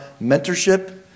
mentorship